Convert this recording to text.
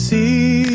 See